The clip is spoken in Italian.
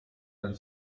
dal